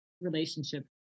relationship